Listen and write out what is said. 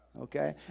Okay